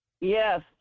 Yes